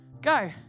Go